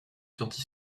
sortie